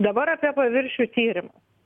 dabar apie paviršių tyrimu